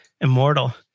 immortal